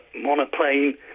monoplane